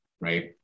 right